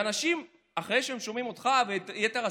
ואנשים, אחרי שהם שומעים אותך ואת יתר השרים,